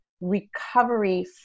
recovery